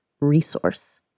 resource